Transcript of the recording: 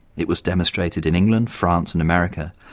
it was demonstrated in england, france and america,